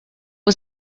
was